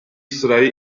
sırayı